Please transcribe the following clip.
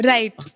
Right